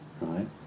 right